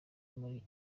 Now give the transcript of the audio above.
muri